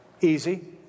Easy